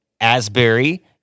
Asbury